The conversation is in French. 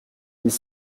mille